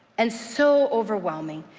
and so overwhelming,